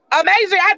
amazing